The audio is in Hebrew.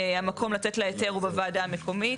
המקום לתת לה היתר הוא בוועדה המקומית,